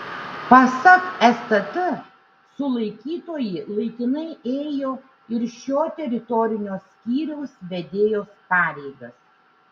pasak stt sulaikytoji laikinai ėjo ir šio teritorinio skyriaus vedėjos pareigas